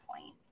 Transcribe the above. point